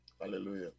Hallelujah